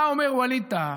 מה אומר ווליד טאהא?